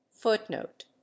Footnote